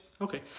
Okay